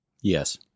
Yes